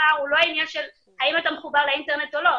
הפער הוא לא עניין של האם אתה מחובר לאינטרנט או לא,